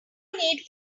need